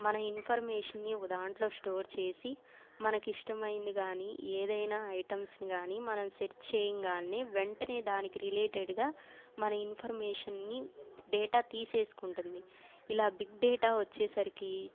మన ఇన్ఫర్మేషన్ని ఒక దాంట్లో స్టోర్ చేసి మనకిష్టమైంది కానీ ఏదైనా ఐటమ్స్ని కానీ మనం సెర్చ్ చేయగానే వెంటనే దానికి రిలేటెడ్గా మన ఇన్ఫర్మేషన్ని డేటా తీసేసుకుంటంది ఇలా బిగ్ డేటా వచ్చేసరికి